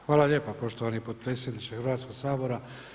Hvala lijepa poštovani potpredsjedniče Hrvatskoga sabora.